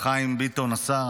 חיים ביטון השר,